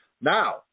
Now